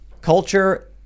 culture